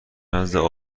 نزد